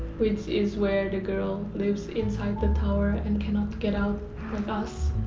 which is where the girl lives inside the tower and cannot get out, like us.